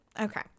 Okay